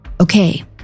Okay